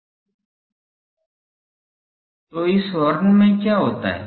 तो इस हॉर्न में क्या होता है